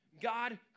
God